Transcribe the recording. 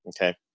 okay